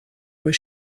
was